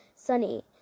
Sunny